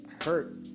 hurt